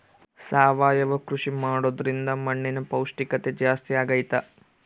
ಸಾವಯವ ಕೃಷಿ ಮಾಡೋದ್ರಿಂದ ಮಣ್ಣಿನ ಪೌಷ್ಠಿಕತೆ ಜಾಸ್ತಿ ಆಗ್ತೈತಾ?